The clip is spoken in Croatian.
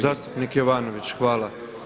Zastupnik Jovanović hvala.